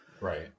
Right